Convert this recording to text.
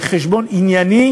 זה חשבון ענייני,